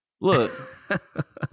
Look